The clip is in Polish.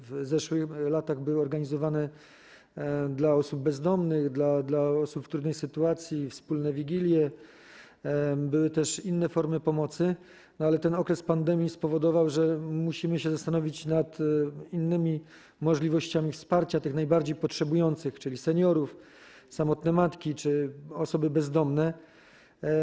W zeszłych latach były organizowane dla osób bezdomnych, dla osób znajdujących się w trudnej sytuacji wspólne wigilie, były też inne formy pomocy, ale ten okres pandemii spowodował, że musimy się zastanowić nad innymi możliwościami wsparcia tych najbardziej potrzebujących, czyli seniorów, samotnych matek czy osób bezdomnych.